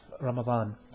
Ramadan